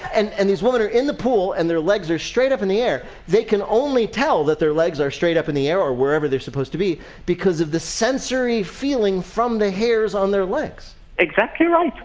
and and these women are in pool, and their legs are straight up in the air, they can only tell that their legs are straight up in the air or wherever they're supposed to be because of the sensory feeling from the hairs on their legs exactly right.